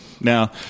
now